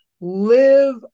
live